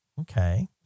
okay